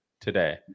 today